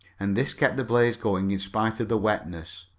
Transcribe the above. and this kept the blaze going in spite of the wetness,